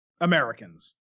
Americans